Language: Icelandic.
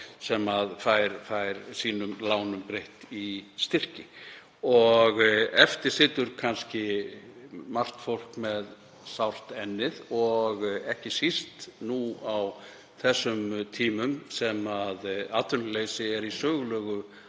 sem fékk lánum sínum breytt í styrki. Eftir situr kannski margt fólk með sárt ennið og ekki síst nú á tímum þar sem atvinnuleysi er í sögulegu